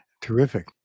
Terrific